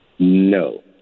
No